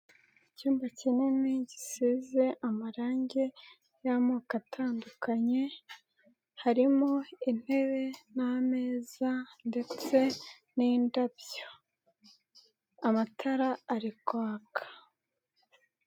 Icyumba kinini, gisize amarangi y'amoko atandukanye, harimo intebe n'ameza ndetse n'indabyo, amatara ari kwaka.